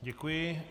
Děkuji.